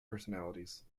personalities